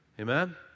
Amen